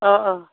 अह अह